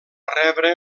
rebre